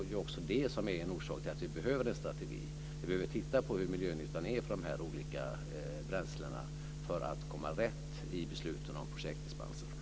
Också det är en orsak till att vi behöver en strategi. Vi behöver titta på miljönyttan av de här olika bränslena för att komma rätt i besluten om projektdispenser.